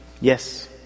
yes